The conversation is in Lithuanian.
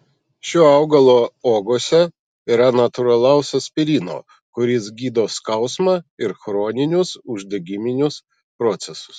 šio augalo uogose yra natūralaus aspirino kuris gydo skausmą ir chroninius uždegiminius procesus